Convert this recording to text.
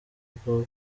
ubwoba